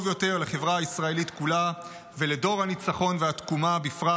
יותר לחברה הישראלית כולה ולדור הניצחון והתקומה בפרט.